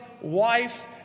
wife